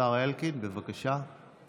השר אלקין, בבקשה.